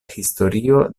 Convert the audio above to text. historio